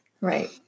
Right